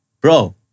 bro